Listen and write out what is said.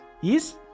yes